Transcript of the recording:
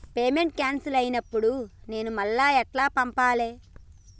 Payment cancel అయినపుడు నేను మళ్ళా ఎట్ల పంపాలే?